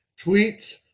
tweets